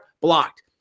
blocked